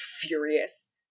furious